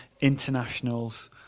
internationals